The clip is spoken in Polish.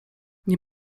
nie